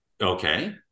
Okay